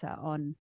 on